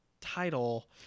title